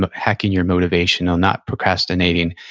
but hacking your motivation ah not procrastinating.